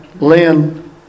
Lynn